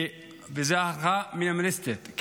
וזו הערכה מינימליסטית,